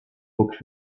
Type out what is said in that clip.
books